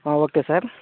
okay sir